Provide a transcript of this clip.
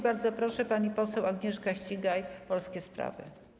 Bardzo proszę, pani poseł Agnieszka Ścigaj, Polskie Sprawy.